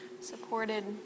supported